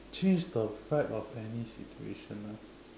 change the fact of any situation ah